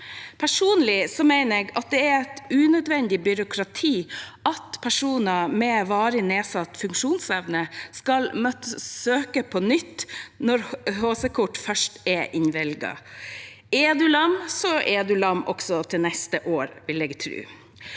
Personlig mener jeg det er unødvendig byråkrati at personer med varig nedsatt funksjonsevne skal måtte søke på nytt når HC-kort først er innvilget. Er man lam, er man lam også neste år, vil jeg tro.